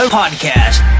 podcast